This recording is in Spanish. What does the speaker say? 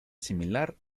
similar